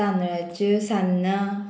तांदळाच्यो सान्नां